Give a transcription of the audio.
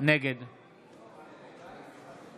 נגד